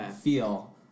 feel